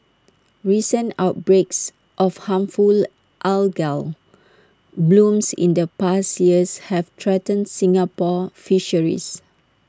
recent outbreaks of harmful algal blooms in the past years have threatened Singapore fisheries